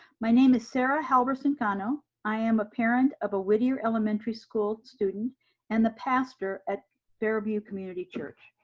my name is sarah halverson-cano. i am a parent of a whittier elementary school student and the pastor at fairview community church.